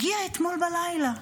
הגיע אתמול בלילה.